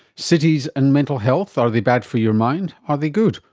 cities and mental health, are they bad for your mind, are they good,